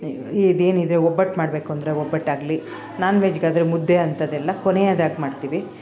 ಇದೇನಿದೆ ಒಬ್ಬಟ್ಟು ಮಾಡಬೇಕು ಅಂದರೆ ಒಬ್ಬಟ್ಟಾಗಲಿ ನಾನ್ ವೆಜ್ಗಾದ್ರೆ ಮುದ್ದೆ ಅಂತದೆಲ್ಲಾ ಕೊನೆಯದಾಗಿ ಮಾಡ್ತೀವಿ